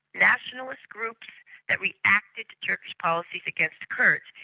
nationalist groups that reacted to turkey's policies against the kurds.